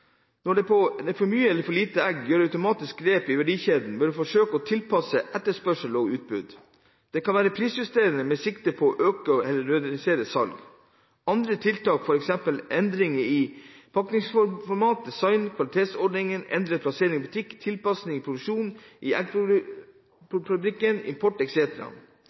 Når det er for mye eller for lite egg, gjøres automatiske grep i verdikjeden for å forsøke å tilpasse etterspørsel og utbud. Det kan være prisjusteringer med sikte på å øke eller redusere salg. Andre tiltak er f.eks. endring av pakningsformat, design, kvalitetssorteringer, endret plassering i butikk, tilpasningen i produksjonen i eggproduktfabrikkene, import